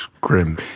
grim